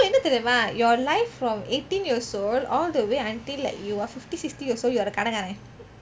என்ன தெரிமா:enna therima your life from eighteen years old all the way until like you are fifty sixty years old you are a கடன்காரன்:kadenkaaren